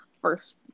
first